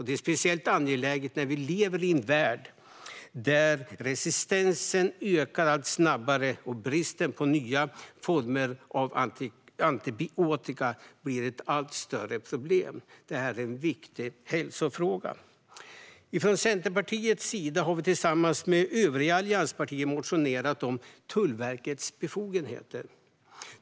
Det är speciellt angeläget när vi lever i en värld där resistensen ökar allt snabbare och bristen på nya former av antibiotika blir ett allt större problem. Det här är en viktig hälsofråga. Från Centerpartiets sida har vi tillsammans med övriga allianspartier motionerat om Tullverkets befogenheter.